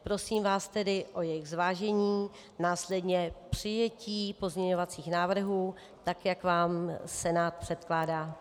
Prosím vás tedy o jejich zvážení, následně přijetí pozměňovacích návrhů tak, jak vám Senát předkládá.